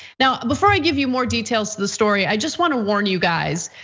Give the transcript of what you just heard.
now, before i give you more details to the story, i just wanna warn you guys,